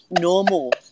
normal